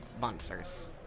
monsters